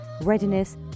readiness